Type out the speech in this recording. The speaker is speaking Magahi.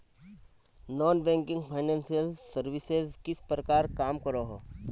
नॉन बैंकिंग फाइनेंशियल सर्विसेज किस प्रकार काम करोहो?